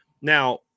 Now